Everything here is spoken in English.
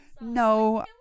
No